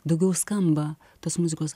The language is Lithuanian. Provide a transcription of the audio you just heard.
daugiau skamba tos muzikos